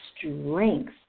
strength